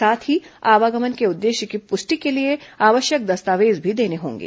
साथ ही आवागमन के उद्देश्य की पुष्टि के लिए आवश्यक दस्तावेज भी देने होंगे